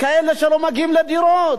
כאלה שלא מגיעים לדירות.